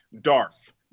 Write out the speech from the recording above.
DARF